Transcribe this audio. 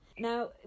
now